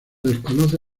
desconoce